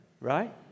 right